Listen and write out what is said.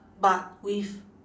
but with